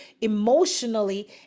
emotionally